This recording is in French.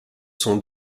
sont